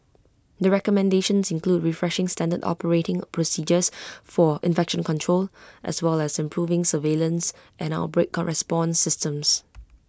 the recommendations include refreshing standard operating procedures for infection control as well as improving surveillance and outbreak response systems